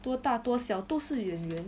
多大多小都是演员